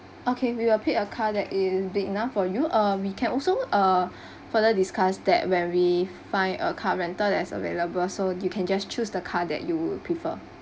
okay we will paid a car that is big enough for you uh we can also uh further discuss that when we find a car rental that's available so you can just choose the car that you would prefer